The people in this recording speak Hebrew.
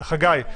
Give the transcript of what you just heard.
חגי,